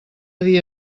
dia